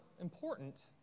important